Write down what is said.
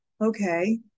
okay